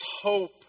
hope